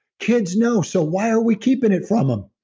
kids know. so why are we keeping it from them?